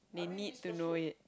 they need to know it